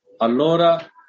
allora